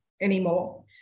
anymore